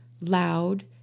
loud